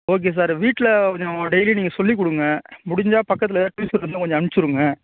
okay sir வீட்டில் கொஞ்சம் daily நீங்கள் சொல்லிக் கொடுங்க முடிஞ்சா பக்கத்தில் எதாவது டியூஷன் இருந்தால் கொஞ்சம் அனுப்பிச்சுவிடுங்க